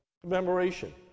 commemoration